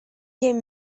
тем